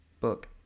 book